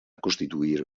constituir